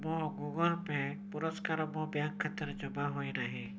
ମୋ Google Pay ପୁରସ୍କାର ମୋ ବ୍ୟାଙ୍କ୍ ଖାତାରେ ଜମା ହୋଇନାହିଁ